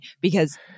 because-